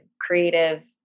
creative